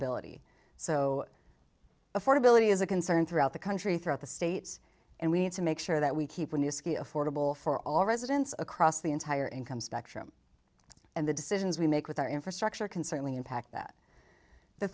affordability so affordability is a concern throughout the country throughout the states and we need to make sure that we keep new ski affordable for all residents across the entire income spectrum and the decisions we make with our infrastructure can certainly impact that the